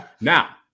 now